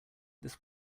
this